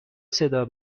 صدا